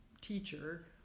teacher